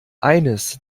eines